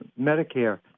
Medicare